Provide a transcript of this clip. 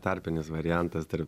tarpinis variantas tarp